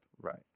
right